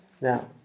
now